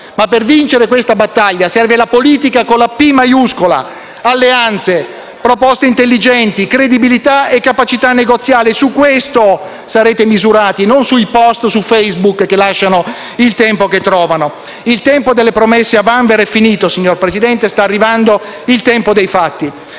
ma per vincere questa battaglia serve la politica con la «P» maiuscola: alleanze, proposte intelligenti, credibilità e capacità negoziale. Su questo sarete misurati, non sui *post* su Facebook, che lasciano il tempo che trovano. Il tempo delle promesse a vanvera è finito, signor Presidente, e sta arrivando il tempo dei fatti.